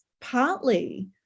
partly